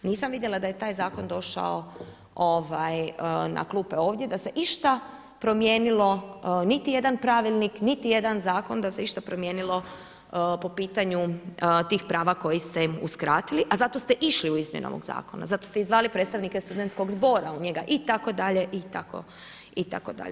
Nisam vidjela da je taj zakon došao na klupe ovdje da se išta promijenilo niti jedan pravilnik, niti jedan zakon da se išta promijenilo po pitanju tih prava koja ste im uskratili, a zato ste išli u izmjene ovog zakona, zato ste i zvali predstavnike Studentskog zbora u njega itd., itd.